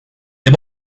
the